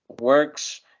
works